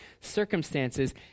circumstances